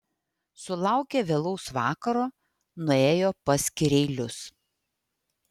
sulaukę vėlaus vakaro nuėjo pas kireilius